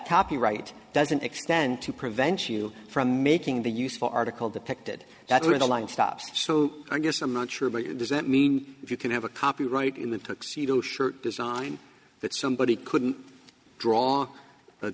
copyright doesn't extend to prevent you from making the useful article depicted that's where the line stops so i guess i'm not sure but does that mean you can have a copyright in the shirt design that somebody couldn't draw the